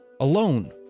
alone